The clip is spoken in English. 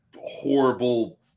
horrible